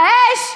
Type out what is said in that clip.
האש,